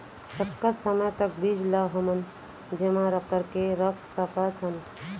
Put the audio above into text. कतका समय तक बीज ला हमन जेमा करके रख सकथन?